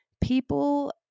people –